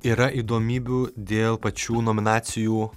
yra įdomybių dėl pačių nominacijų